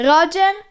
Roger